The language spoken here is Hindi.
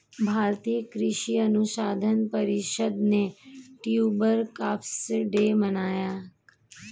भारतीय कृषि अनुसंधान परिषद ने ट्यूबर क्रॉप्स डे मनाया